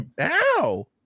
Ow